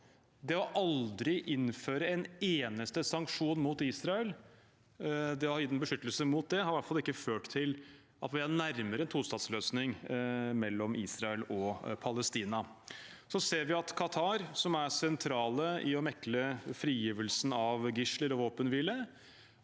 Det aldri å innføre en eneste sanksjon mot Israel og å gi dem beskyttelse mot det har i hvert fall ikke ført til at vi er nærmere en tostatsløsning mellom Israel og Palestina. Vi ser at Qatar, som er sentrale i å mekle om frigivelsen av gisler og våpenhvile,